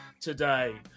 today